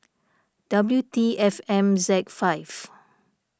W T F M Z five